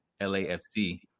LAFC